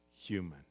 human